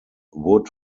wood